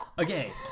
Okay